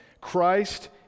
Christ